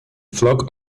flock